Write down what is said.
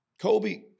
Kobe